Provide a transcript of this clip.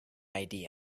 idea